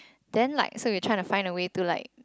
then like so we trying to find a way to like